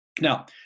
Now